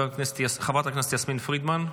חברת הכנסת יסמין פרידמן,